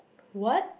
what